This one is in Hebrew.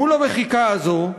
מול המחיקה הזו,